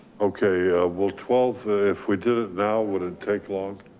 okay. we'll twelve. if we did it now, it wouldn't take long.